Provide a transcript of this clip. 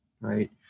right